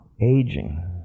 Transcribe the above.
aging